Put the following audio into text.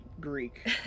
Greek